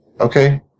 Okay